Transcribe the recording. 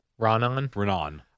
Ranon